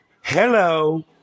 Hello